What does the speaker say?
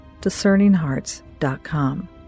discerninghearts.com